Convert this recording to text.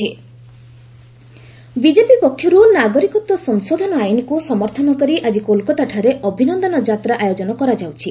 ଅଭିନନ୍ଦନ ଯାତ୍ରା ବିଜେପି ପକ୍ଷରୁ ନାଗରିକତ୍ୱ ସଂଶୋଧନ ଆଇନକୁ ସମର୍ଥନ କରି ଆକି କୋଲକତାଠାରେ ଅଭିନନ୍ଦନ ଯାତ୍ରା ଆୟୋଜନ କରାଯାଉଛି